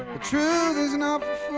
the truth is, and um